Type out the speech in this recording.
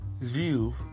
view